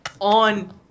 on